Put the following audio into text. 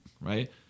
right